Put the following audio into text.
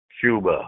Cuba